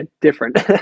different